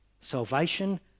Salvation